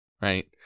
Right